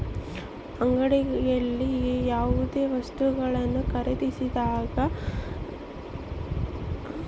ಅಂಗಡಿಯಲ್ಲಿ ಯಾವುದೇ ವಸ್ತುಗಳನ್ನು ಖರೇದಿಸಿದಾಗ ಸ್ಕ್ಯಾನ್ ಮಾಡಬಹುದಾ?